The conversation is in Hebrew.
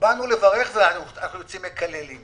באנו לברך ואנחנו יוצאים מקללים.